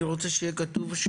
אני רוצה שיהיה כתוב,